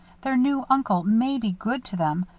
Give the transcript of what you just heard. their new uncle may be good to them,